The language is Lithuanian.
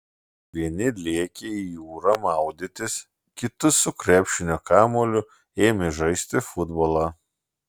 vieni lėkė į jūrą maudytis kiti su krepšinio kamuoliu ėmė žaisti futbolą